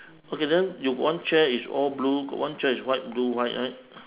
okay then you one chair is all blue got one chair is white blue white right